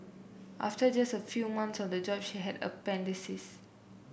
after just a few months on the job she had